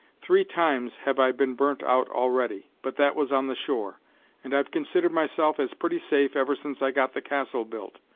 three times have i been burnt out already, but that was on the shore and i've considered myself as pretty safe ever since i got the castle built,